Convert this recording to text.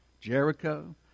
Jericho